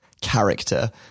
character